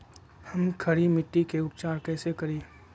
हम खड़ी मिट्टी के उपचार कईसे करी?